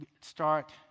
start